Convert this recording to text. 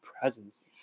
presence